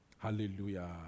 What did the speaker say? Hallelujah